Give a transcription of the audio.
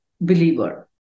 believer